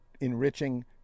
enriching